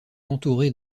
entourées